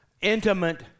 intimate